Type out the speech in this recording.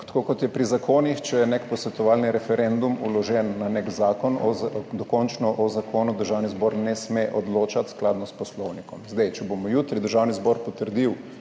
tako kot je pri zakonih, če je nek posvetovalni referendum vložen na nek zakon, dokončno o zakonu Državni zbor ne sme odločati, skladno s poslovnikom. Če bo jutri Državni zbor potrdil